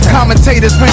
Commentators